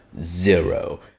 zero